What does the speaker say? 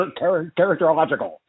characterological